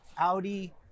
Audi